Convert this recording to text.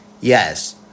yes